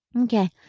Okay